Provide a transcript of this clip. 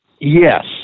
Yes